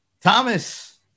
Thomas